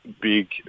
big